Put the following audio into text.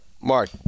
Mark